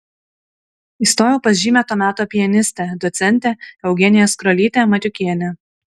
įstojau pas žymią to meto pianistę docentę eugeniją skrolytę matiukienę